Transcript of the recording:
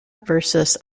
versus